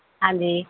ਹਾਂਜੀ